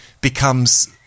becomes –